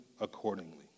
accordingly